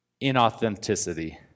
inauthenticity